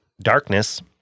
Darkness